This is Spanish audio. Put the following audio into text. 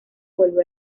volvió